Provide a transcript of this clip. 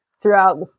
throughout